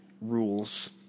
rules